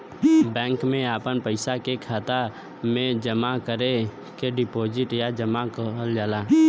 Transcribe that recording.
bank मे आपन पइसा के खाता मे जमा करे के डीपोसिट या जमा कहल जाला